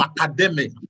academic